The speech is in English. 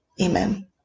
amen